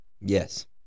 Yes